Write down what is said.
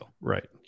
Right